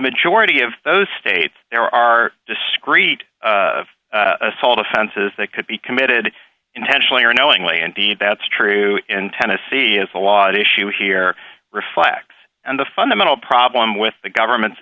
majority of those states there are discrete assault offenses that could be committed intentionally or knowingly indeed that's true in tennessee as a lot of issue here reflects and the fundamental problem with the government's